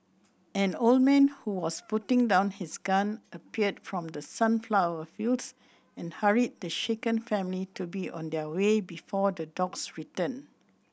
an old man who was putting down his gun appeared from the sunflower fields and hurried the shaken family to be on their way before the dogs return